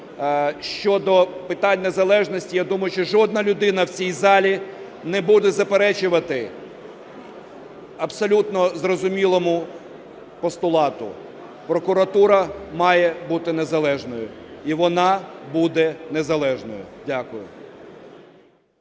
Щодо питань незалежності, я думаю, що жодна людина в цій залі не буде заперечувати абсолютно зрозумілому постулату – прокуратура має бути незалежною, і вона буде незалежною. Дякую.